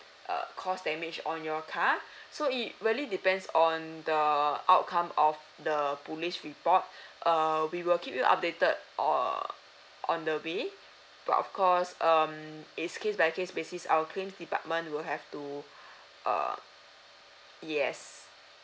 uh because damage on your car so it really depends on the outcome of the police report err we will keep you updated or err on the way but of course um it's case by case basis our claims department will have to uh yes